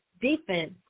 defense